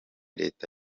leta